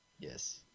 Yes